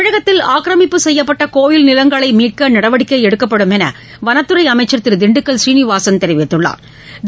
தமிழகத்தில் ஆக்கிரமிப்பு செய்யப்பட்ட கோவில் நிலங்களை மீட்க நடவடிக்கை எடுக்கப்படும் என்று வனத்துறை அமைச்சா் திரு திண்டுக்கல் சீனிவாசன் தெரிவித்துள்ளாா்